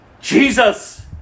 Jesus